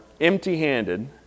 empty-handed